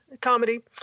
comedy